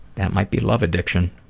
that might be love addiction.